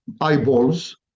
eyeballs